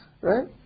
right